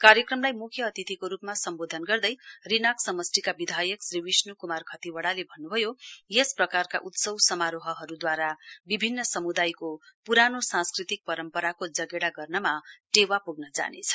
कार्यक्रमलाई मुख्य अतिथिको रुपमा सम्बोधन गर्दै रिनक समस्टिका विधायक श्री विष्ण् कुमार खतिवडाले भन्नुभयो यस प्रकारका उत्सव समारोहहरुद्वारा विभिन्न समुदायको पुरानो सांस्कृतिक परम्पराको जगेडा गर्नमा टेवा पुग्न जानेछ